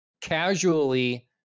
casually